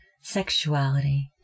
sexuality